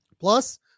Plus